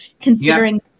considering